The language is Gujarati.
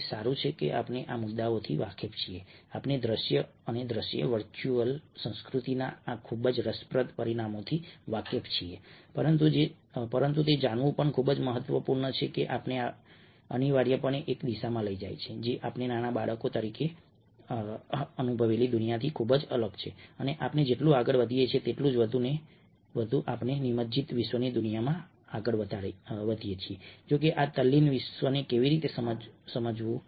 તે સારું છે કે આપણે આ મુદ્દાઓથી વાકેફ છીએ આપણે દ્રશ્ય અને દ્રશ્ય વર્ચ્યુઅલ સંસ્કૃતિના આ ખૂબ જ રસપ્રદ પરિમાણોથી વાકેફ છીએ પરંતુ તે જાણવું પણ ખૂબ જ મહત્વપૂર્ણ હતું કે આ આપણને અનિવાર્યપણે એક દિશામાં લઈ જાય છે જે આપણે નાના બાળકો તરીકે અનુભવેલી દુનિયાથી ખૂબ જ અલગ છે અને આપણે જેટલું આગળ વધીએ છીએ તેટલું વધુ આપણે નિમજ્જિત વિશ્વની દુનિયામાં આગળ વધીએ છીએ જો કે આ તલ્લીન વિશ્વને કેવી રીતે સમજવું